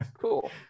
Cool